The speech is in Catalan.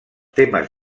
temes